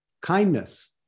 kindness